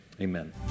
Amen